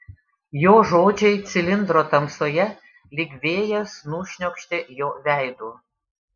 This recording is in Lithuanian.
jo žodžiai cilindro tamsoje lyg vėjas nušniokštė jo veidu